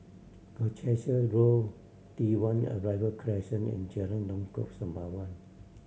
Colchester Grove T One Arrival Crescent and Jalan Lengkok Sembawang